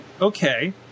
Okay